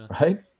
right